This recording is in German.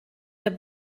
der